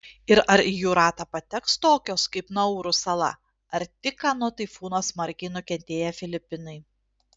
ir ar į jų ratą pateks tokios kaip nauru sala ar tik ką nuo taifūno smarkiai nukentėję filipinai